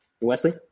Wesley